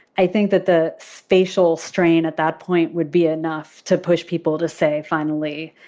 i think that the facial strain at that point would be enough to push people to say, finally,